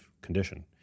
condition